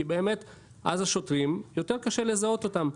כי באמת אז לשוטרים יותר קשה לזהות אותם.